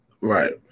Right